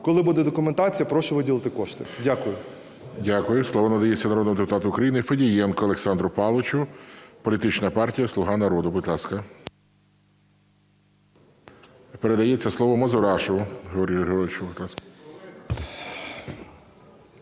коли буде документація, прошу виділити кошти. Дякую.